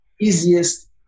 easiest